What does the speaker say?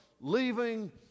leaving